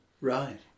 Right